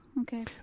Okay